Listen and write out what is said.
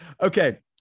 Okay